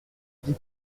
dit